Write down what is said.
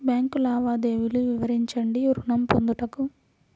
Bank లావాదేవీలు వివరించండి ఋణము పొందుటకు?